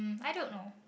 um I don't know